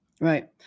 Right